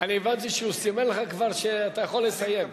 אני הבנתי שהוא סימן לך כבר שאתה יכול לסיים.